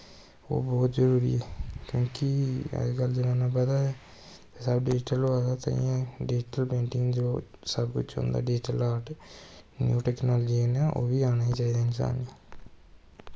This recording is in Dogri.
ओह् बौह्त जरूरी ऐ क्योंकि अज्ज कल जमानां बधदा दा ऐ ते डिज़टल होआ दा तां गै डिज़टल पेंटिंग सब कुछ होंदा डिज़टल आर्टस टैकनॉजी ओह् बी इयां औना गै चाही दी इंसान गी